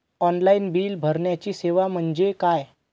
Online bill भरण्याची सेवा म्हणजे काय?